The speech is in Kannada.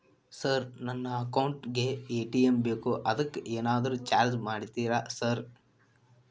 ಸರ್ ನನ್ನ ಅಕೌಂಟ್ ಗೇ ಎ.ಟಿ.ಎಂ ಬೇಕು ಅದಕ್ಕ ಏನಾದ್ರು ಚಾರ್ಜ್ ಮಾಡ್ತೇರಾ ಸರ್?